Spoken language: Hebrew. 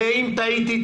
ואם טעיתי,